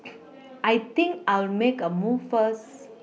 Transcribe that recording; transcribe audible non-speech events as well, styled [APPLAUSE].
[NOISE] I think I'll make a move first